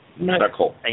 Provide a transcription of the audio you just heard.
medical